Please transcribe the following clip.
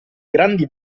grandi